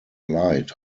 light